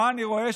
אנחנו לא יודעים